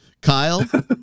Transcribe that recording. kyle